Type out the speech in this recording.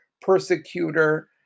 persecutor